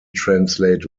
translate